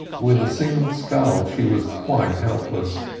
with a single scull she was quite helpless,